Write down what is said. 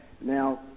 Now